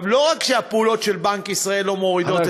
לא רק שהפעולות של בנק ישראל לא מורידות את,